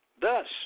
thus